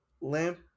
lamp